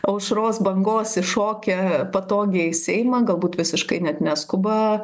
aušros bangos įšokę patogiai į seimą galbūt visiškai net neskuba